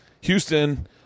Houston